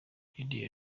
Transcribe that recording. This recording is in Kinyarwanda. lydia